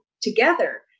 together